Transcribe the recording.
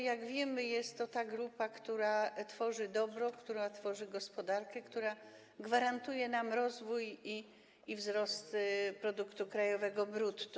Jak wiemy, jest to ta grupa, która tworzy dobro, która tworzy gospodarkę, która gwarantuje rozwój i wzrost produktu krajowego brutto.